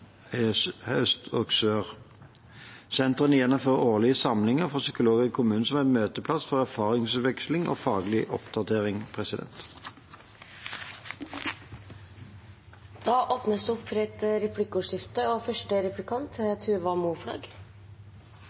og Sør. Sentrene gjennomfører årlig samlinger for psykologer i kommunene som en møteplass for erfaringsutveksling og faglig oppdatering.